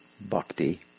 bhakti